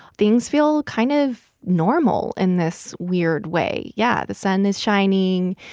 things feel kind of normal in this weird way. yeah, the sun is shining.